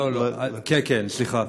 כן, כן, סליחה.